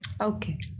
Okay